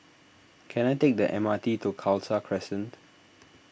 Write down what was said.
can I take the M R T to Khalsa Crescent